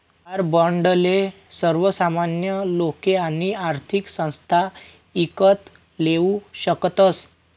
war बाॅन्डले सर्वसामान्य लोके आणि आर्थिक संस्था ईकत लेवू शकतस